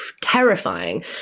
terrifying